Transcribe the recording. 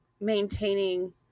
maintaining